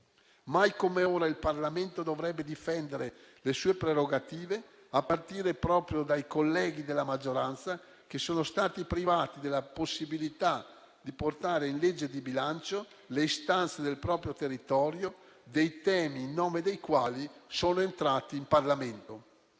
Mai come ora il Parlamento dovrebbe difendere le sue prerogative, a partire proprio dai colleghi della maggioranza che sono stati privati della possibilità di portare in legge di bilancio le istanze del proprio territorio, i temi in nome dei quali sono entrati in Parlamento.